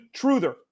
truther